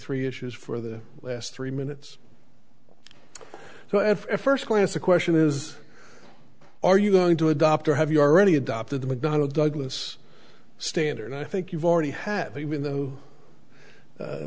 three issues for the last three minutes so i have a first class the question is are you going to adopt or have you already adopted the mcdonnell douglas standard i think you've already have even though